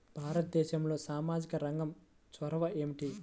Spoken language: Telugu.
భారతదేశంలో సామాజిక రంగ చొరవ ఏమిటి?